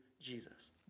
Jesus